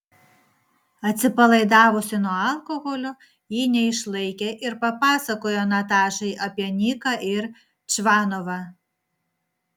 atsipalaidavusi nuo alkoholio ji neišlaikė ir papasakojo natašai apie niką ir čvanovą